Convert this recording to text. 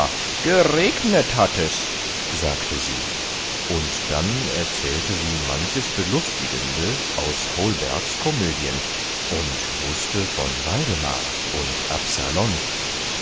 geregnet hat es sagte sie und dann erzählte sie manches belustigende aus holbergs komödien und wußte von waldemar und absalon